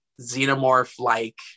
Xenomorph-like